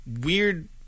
weird